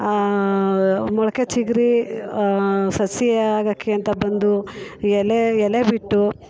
ಮೊಳಕೆ ಚಿಗರಿ ಸಸಿ ಆಗೋಕ್ಕೆ ಅಂತ ಬಂದೂ ಎಲೆ ಎಲೆ ಬಿಟ್ಟು